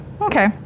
Okay